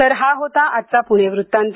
तर हा होता आजचा पुणे वृत्तांत